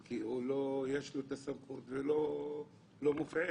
יש לו סמכות שלא מופעלת.